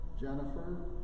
Jennifer